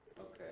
Okay